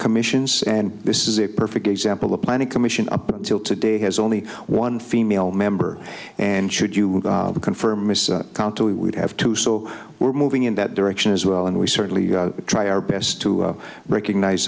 commissions and this is a perfect example the planning commission up until today has only one female member and should you confirm this county we would have to so we're moving in that direction as well and we certainly try our best to recognize